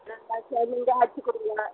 ஆ சரி சரி நீங்களே அடிச்சி கொடுங்க